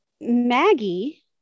Maggie